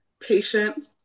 patient